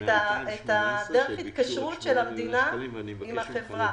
את דרך ההתקשרות של המדינה עם החברה.